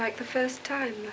like the first time